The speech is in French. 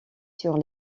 sur